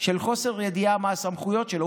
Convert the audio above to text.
של חוסר ידיעה מה הסמכויות שלו,